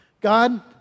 God